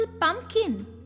pumpkin